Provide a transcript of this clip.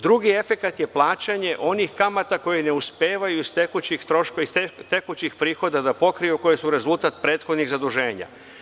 Drugi efekat je plaćanje onih kamata koje ne uspevaju iz tekućih prihoda da pokriju, koji su rezultat prethodnih zaduženja.